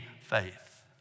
faith